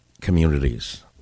communities